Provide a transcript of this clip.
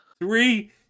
Three